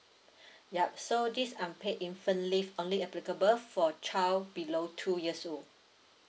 yup so this unpaid infant leave only applicable for child below two years old